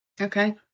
Okay